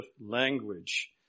language